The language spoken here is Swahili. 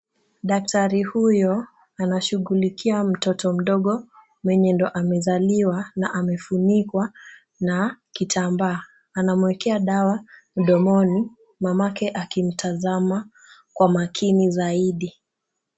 Daktari huyo anashughulikia mtoto mdogo, mwenye ndio amezaliwa na amefunikwa na kitambaa. Anamwekea dawa mdomoni, mamake akimtazama kwa makini zaidi.